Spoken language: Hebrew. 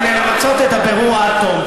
כדי למצות את הבירור עד תום.